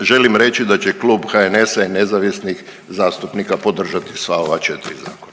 Želim reći da će klub HNS-a i nezavisnih zastupnika podržati sva ova četiri zakona.